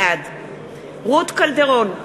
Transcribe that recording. בעד רות קלדרון,